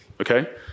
Okay